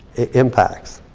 impacts.